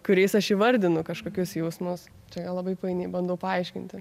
kuriais aš įvardinu kažkokius jausmus čia gal labai painiai bandau paaiškinti